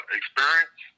experience